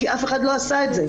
כי אף אחד לא עשה את זה.